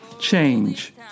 change